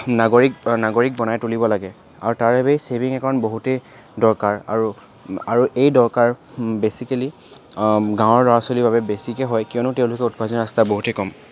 নাগৰিক নাগৰিক বনাই তুলিব লাগে আৰু তাৰ বাবেই ছেভিং একাউণ্ট বহুতেই দৰকাৰ আৰু আৰু এই দৰকাৰ বেছিকেলি গাঁওৰ ল'ৰা ছোৱালীৰ বাবে বেছিকৈ হয় কিয়নো তেওঁলোকৰ উপাৰ্জনৰ ৰাস্তা বহুতেই কম